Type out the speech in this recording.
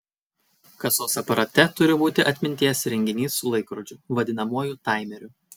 kasos aparate turi būti atminties įrenginys su laikrodžiu vadinamuoju taimeriu